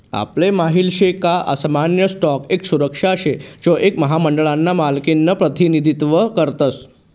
आपले माहित शे का सामान्य स्टॉक एक सुरक्षा शे जो एक महामंडळ ना मालकिनं प्रतिनिधित्व करस